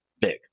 big